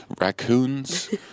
raccoons